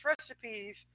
recipes